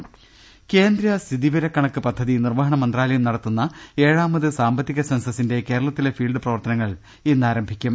രുട്ട്ട്ട്ട്ട്ട്ട്ട കേന്ദ്ര സ്ഥിതിവിവരക്കണക്ക് പദ്ധതി നിർവഹണ മന്ത്രാലയം നടത്തുന്ന ഏഴാമത് സാമ്പത്തിക സെൻസസിന്റെ കേരളത്തിലെ ഫീൽഡ് പ്രവർത്തന ങ്ങൾ ഇന്ന് ആരംഭിക്കും